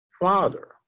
father